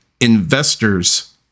investors